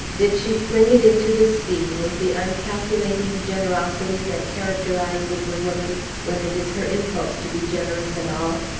did she fling it into the scheme with the uncalculating generosity that characterizes a woman when it is her impulse to be generous at all?